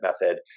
method